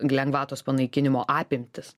lengvatos panaikinimo apimtis